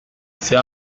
c’est